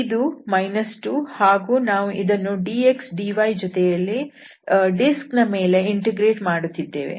ಇದು 2 ಹಾಗೂ ನಾವು ಇದನ್ನು dxdy ಜೊತೆಗೆ ಡಿಸ್ಕ್ ನ ಮೇಲೆ ಇಂಟಿಗ್ರೇಟ್ ಮಾಡುತ್ತಿದ್ದೇವೆ